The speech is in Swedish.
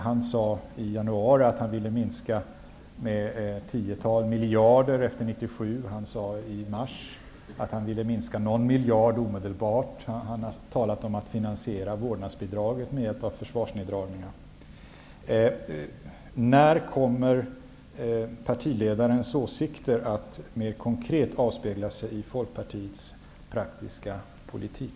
Han sade i januari att han ville göra neddragningar med ett tiotal miljarder efter 1997. Han sade i mars att han ville minska någon miljard omedelbart. Han har talat om att finansiera vårdnadsbidraget med hjälp av försvarsneddragningar. Min fråga till Lars Sundin är: När kommer partiledarens åsikter att mer konkret avspegla sig i Folkpartiets praktiska politik?